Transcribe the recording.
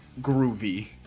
groovy